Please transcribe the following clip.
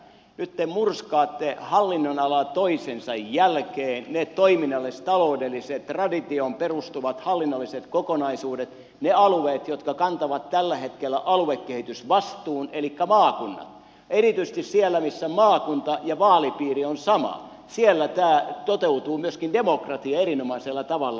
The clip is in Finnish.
nyt te murskaatte hallinnonalan toisensa jälkeen ne toiminnallis taloudelliset traditioon perustuvat hallinnolliset kokonaisuudet ne alueet jotka kantavat tällä hetkellä aluekehitysvastuun elikkä maakunnat ja erityisesti siellä missä maakunta ja vaalipiiri on sama tämä demokratia toteutuu myöskin erinomaisella tavalla